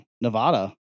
Nevada